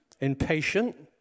impatient